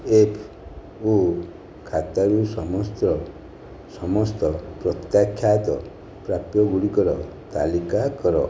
F O ଖତାାରୁ ସମସ୍ତ୍ର ସମସ୍ତ ପ୍ରତ୍ୟାଖ୍ୟାତ ପ୍ରାପ୍ୟଗୁଡ଼ିକର ତାଲିକା କର